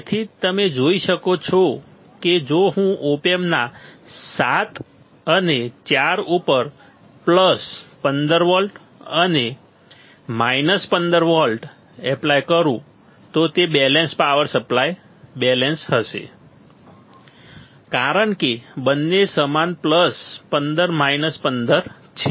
તેથી તમે જોઈ શકો છો કે જો હું ઓપ એમ્પના 7 અને 4 ઉપર પ્લસ 15 વોલ્ટ અને માઇનસ 15 વોલ્ટ એપ્લાય કરું તો તે બેલેન્સ પાવર સપ્લાય બેલેન્સ હશે કારણ કે બંને સમાન પ્લસ 15 માઇનસ 15 છે